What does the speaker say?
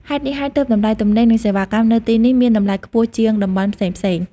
ហេតុនេះហើយ ទើបតម្លៃទំនិញ និងសេវាកម្មនៅទីនេះមានតម្លៃខ្ពស់ជាងតំបន់ផ្សេងៗ។